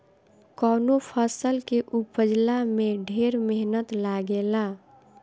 कवनो फसल के उपजला में ढेर मेहनत लागेला